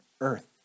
earth